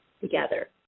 together